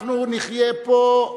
אנחנו נחיה פה,